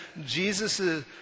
Jesus